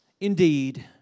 indeed